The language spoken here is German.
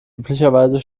üblicherweise